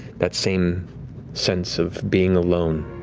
that same sense of being alone,